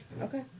Okay